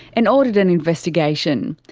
and ordered an investigation.